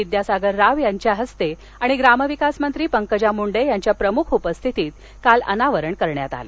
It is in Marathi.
विद्यासागर राव यांच्या हस्ते आणि ग्रामविकासमंत्री पंकजा मुंडे यांच्या प्रमुख उपस्थितीत काल अनावरण करण्यात आलं